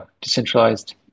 decentralized